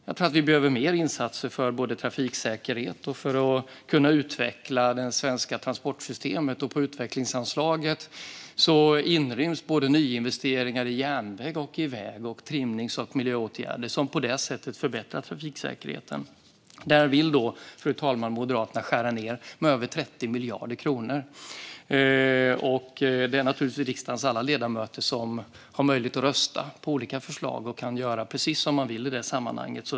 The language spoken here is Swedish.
Jag tror att vi behöver mer insatser både för trafiksäkerhet och för att kunna utveckla det svenska transportsystemet. I utvecklingsanslaget inryms nyinvesteringar i både järnväg och väg liksom trimnings och miljöåtgärder som på det sättet förbättrar trafiksäkerheten. Där vill, fru talman, Moderaterna skära ned med över 30 miljarder kronor. Alla riksdagens ledamöter har naturligtvis möjlighet att rösta för olika förslag och kan göra precis som de vill i det sammanhanget.